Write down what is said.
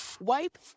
wipe